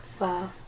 Wow